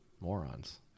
morons